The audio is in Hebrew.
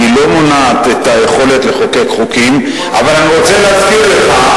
את היכולת לחוקק חוקים, אבל אני רוצה להזכיר לך